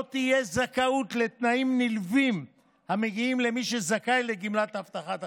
לא תהיה זכאות לתנאים נלווים המגיעים למי שזכאי לגמלת הבטחת הכנסה.